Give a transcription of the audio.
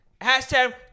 Hashtag